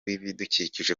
ibidukikije